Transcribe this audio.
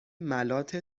ملاط